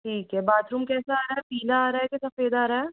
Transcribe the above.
ठीक है बाथरूम कैसा आ रहा है पीला आ रहा है के सफ़ेद आ रहा है